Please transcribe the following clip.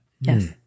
Yes